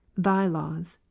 thy laws,